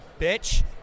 bitch